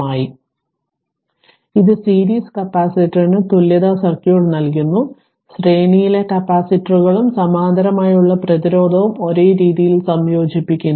അതിനാൽ ഇത് സീരീസ് കപ്പാസിറ്ററിന് തുല്യതാ സർക്യൂട്ട് നൽകുന്നു ശ്രേണിയിലെ കപ്പാസിറ്ററുകൾ ഉം സമാന്തരമായി ഉള്ള പ്രതിരോധം ഉം ഒരേ രീതിയിൽ സംയോജിപ്പിക്കുന്നു